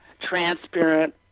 transparent